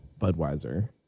Budweiser